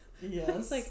yes